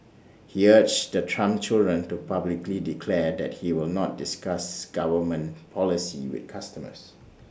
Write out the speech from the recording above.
he urged the Trump children to publicly declare that he will not discuss government policy with customers